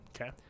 Okay